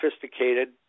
sophisticated